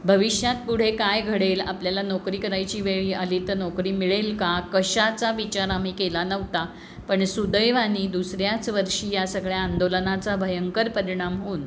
भविष्यात पुढे काय घडेल आपल्याला नोकरी करायची वेळी आली तर नोकरी मिळेल का कशाचा विचार आम्ही केला नव्हता पण सुदैवाने दुसऱ्याच वर्षी या सगळ्या आंदोलनाचा भयंकर परिणाम होऊन